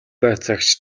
байцаагч